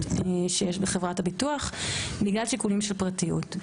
שיש בחברת הביטוח בגלל שיקולים של פרטיות.